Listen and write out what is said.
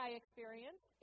experience